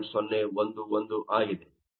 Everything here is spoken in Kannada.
011 ಆಗಿದೆ